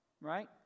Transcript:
right